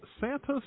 Santa's